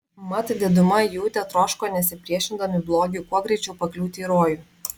mat diduma jų tetroško nesipriešindami blogiui kuo greičiau pakliūti į rojų